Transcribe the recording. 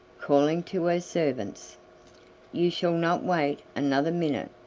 calling to her servants you shall not wait another minute,